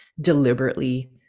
deliberately